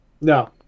no